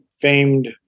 famed